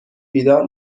بیدار